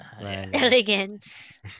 Elegance